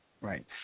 Right